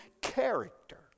character